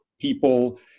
people